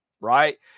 Right